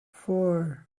four